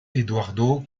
eduardo